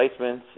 placements